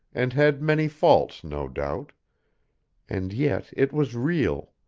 and had many faults, no doubt and yet it was real,